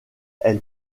elle